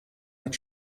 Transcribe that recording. mit